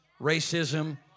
racism